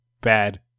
Bad